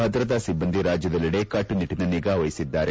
ಭದ್ರತಾ ಸಿಬ್ಬಂದಿ ರಾಜ್ಯದೆಲ್ಲೆಡೆ ಕಟ್ಟುನಿಟ್ಟಿನ ನಿಗಾ ವಹಿಸಿದ್ದಾರೆ